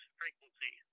frequency